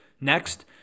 next